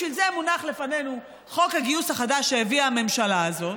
בשביל זה מונח לפנינו חוק הגיוס החדש שהביאה הממשלה הזאת,